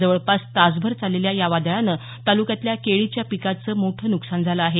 जवळपास तासभर चाललेल्या या वादळानं तालुक्यातल्या केळीच्या पिकाचं मोठं नुकसान झालं आहे